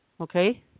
okay